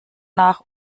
nach